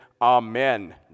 amen